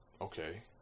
Okay